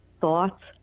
thoughts